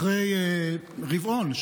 אחרי רבעון,